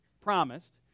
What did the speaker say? promised